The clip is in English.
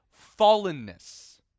fallenness